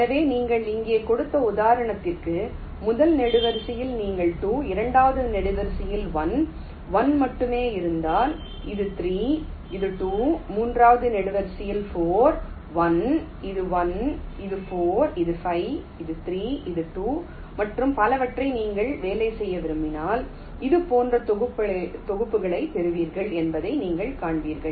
எனவே நீங்கள் இங்கே கொடுத்த உதாரணத்திற்கு முதல் நெடுவரிசையில் நீங்கள் 2 இரண்டாவது நெடுவரிசை 1 1 மட்டுமே இருந்தால் இது 3 இது 2 மூன்றாவது நெடுவரிசை 4 1 இது 1 இது 4 இது 5 இது 3 இது 2 மற்றும் பலவற்றை நீங்கள் வேலை செய்ய விரும்பினால் இது போன்ற தொகுப்புகளைப் பெறுவீர்கள் என்பதை நீங்கள் காண்பீர்கள்